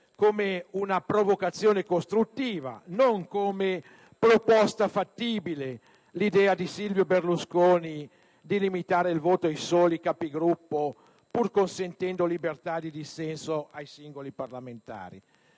come una provocazione costruttiva e non come proposta fattibile l'idea di Silvio Berlusconi di limitare il voto ai soli Capigruppo, pur consentendo libertà di dissenso ai singoli parlamentari.